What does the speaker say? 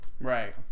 Right